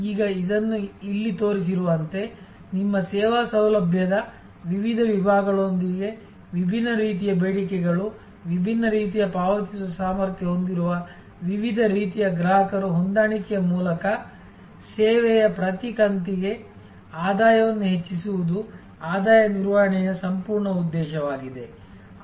ಈಗ ಇದನ್ನು ಇಲ್ಲಿ ತೋರಿಸಿರುವಂತೆ ನಿಮ್ಮ ಸೇವಾ ಸೌಲಭ್ಯದ ವಿವಿಧ ವಿಭಾಗಗಳೊಂದಿಗೆ ವಿಭಿನ್ನ ರೀತಿಯ ಬೇಡಿಕೆಗಳು ವಿಭಿನ್ನ ರೀತಿಯ ಪಾವತಿಸುವ ಸಾಮರ್ಥ್ಯ ಹೊಂದಿರುವ ವಿವಿಧ ರೀತಿಯ ಗ್ರಾಹಕರು ಹೊಂದಾಣಿಕೆಯ ಮೂಲಕ ಸೇವೆಯ ಪ್ರತಿ ಕಂತಿಗೆ ಆದಾಯವನ್ನು ಹೆಚ್ಚಿಸುವುದು ಆದಾಯ ನಿರ್ವಹಣೆಯ ಸಂಪೂರ್ಣ ಉದ್ದೇಶವಾಗಿದೆ